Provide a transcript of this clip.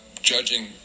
judging